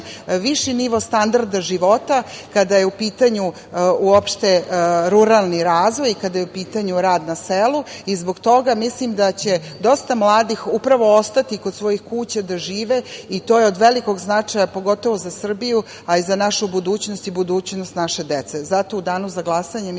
viši nivo standarda života kada je u pitanju uopšte ruralni razvoj i kada je u pitanju rad na selu. Zbog toga mislim da će dosta mladih upravo ostati i kod svojih kuća da žive i to je od velikog značaja pogotovo za Srbiju, a i za našu budućnost i budućnost naše dece. Zato, u danu za glasanje mislim